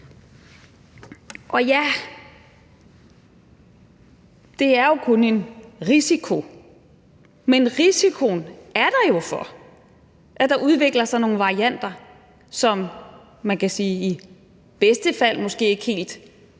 Ja, det er jo kun en risiko, men risikoen er der jo for, at der udvikler sig nogle varianter, som, man kan sige i bedste fald måske ikke helt